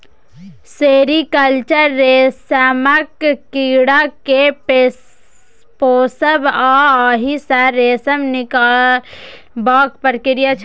sericulture रेशमक कीड़ा केँ पोसब आ ओहि सँ रेशम निकालबाक प्रक्रिया छै